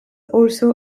also